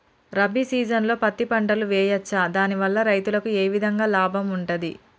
రబీ సీజన్లో పత్తి పంటలు వేయచ్చా దాని వల్ల రైతులకు ఏ విధంగా లాభం ఉంటది?